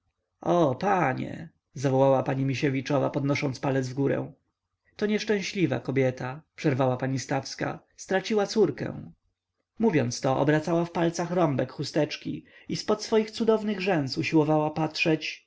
o panie zawołała pani misiewiczowa podnosząc palec w górę to nieszczęśliwa kobieta przerwała pani stawska straciła córkę mówiąc to obracała w palcach rąbek chusteczki i zpod swoich cudownych rzęs usiłowała patrzeć